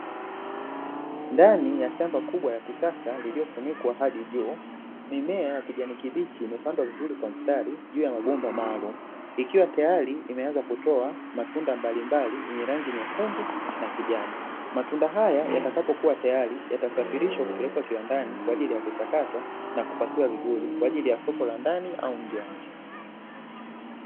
Ndani ya shamba kubwa la kisasa lililofunikwa hadi juu; mimea ya kijani kibichi imepandwa vizuri kwa mstari juu ya mabomba maalumu, ikiwa tayari imeanza kutoa matunda mbali mbali yenye rangi nyekundu na kijani; matunda haya yatakapokuwa tayari yatasafirishwa kupelekwa kiwandani kwa ajili ya kuchakatwa na kupakiwa vizuri kwa ajili ya soko la ndani au nje ya nchi.